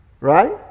Right